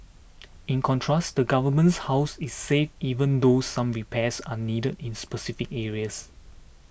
in contrast the government's house is safe even though some repairs are needed in specific areas